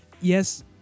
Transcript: yes